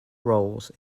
roles